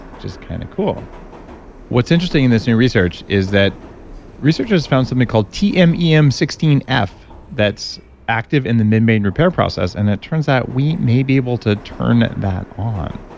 which is kind of cool what's interesting in this new research is that researchers found something called t m e m f that's active in the membrane repair process, and it turns out we may be able to turn that on.